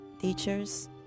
teachers